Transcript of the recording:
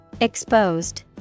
Exposed